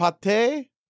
Pate